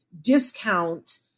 discount